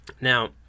Now